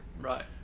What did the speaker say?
Right